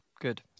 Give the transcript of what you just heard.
Good